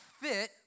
fit